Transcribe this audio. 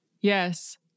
Yes